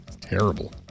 Terrible